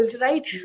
right